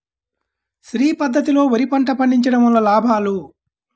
శ్రీ పద్ధతిలో వరి పంట పండించడం వలన లాభాలు?